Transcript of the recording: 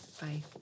Bye